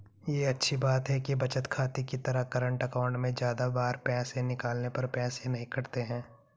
ये अच्छी बात है कि बचत खाते की तरह करंट अकाउंट में ज्यादा बार पैसे निकालने पर पैसे नही कटते है